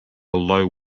low